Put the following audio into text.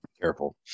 careful